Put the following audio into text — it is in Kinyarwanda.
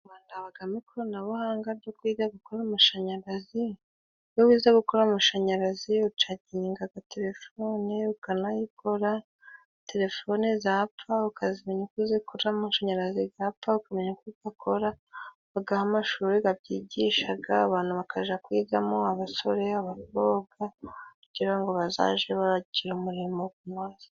Mu Rwanda habagamo ikoranabuhanga ryo kwiga gukora amashanyarazi, iyo wize gukora amashanyarazi ucagingaga telefone ukanayikora, telefone zapfa ukazimenya uko uzikora amashanyarazi gapfa ukamenya uko ugakora. Habagaho amashuri gabyigishaga abantu bakaja kwigamo, abasore abakobwa kugira ngo bazaje baragira umurimo gunoze.